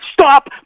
stop